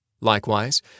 Likewise